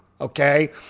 okay